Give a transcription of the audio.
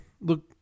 look